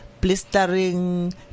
blistering